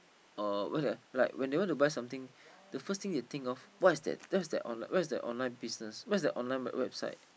uh what like when they want to buy something the first thing you think of what is that that is online business where is the online business what is the online website